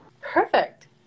Perfect